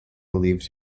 believed